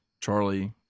Charlie